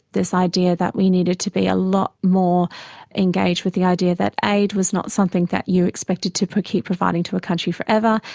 this idea that we needed to be a lot more engaged with the idea that aid was not something that you expected to keep providing to a country forever,